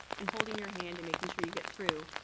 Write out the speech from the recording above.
and holding your hand, and making sure you get through,